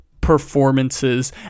performances